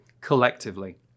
collectively